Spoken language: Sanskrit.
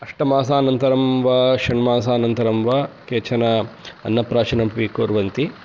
अष्टमासानन्तरं वा षण्मासानन्तरं वा केचन अन्नप्राशनमपि कुर्वन्ति